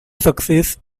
success